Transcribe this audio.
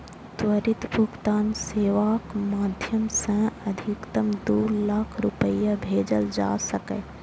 त्वरित भुगतान सेवाक माध्यम सं अधिकतम दू लाख रुपैया भेजल जा सकैए